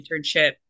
internship